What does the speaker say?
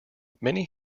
many